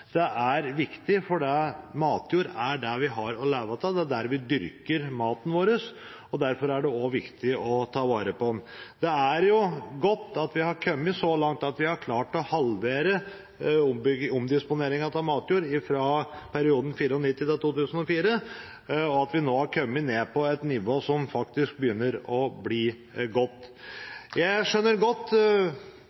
er viktig fordi matjord er det vi har å leve av, det er der vi dyrker maten vår. Derfor er det også viktig å ta vare på den. Det er godt at vi har kommet så langt at vi har klart å halvere omdisponeringen av matjord fra perioden 1994–2004, og at vi nå har kommet ned på et nivå som faktisk begynner å bli godt. Jeg skjønner godt